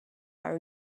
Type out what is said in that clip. our